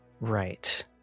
Right